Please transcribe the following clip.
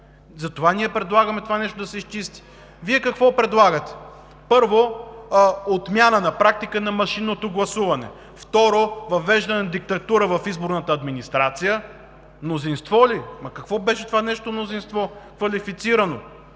Затова ние предлагаме това нещо да се изчисти. Вие какво предлагате? Първо, отмяна на практика на машинното гласуване. Второ, въвеждане на диктатура в изборната администрация. Мнозинство ли?! Какво беше това нещо мнозинство?! Квалифицирани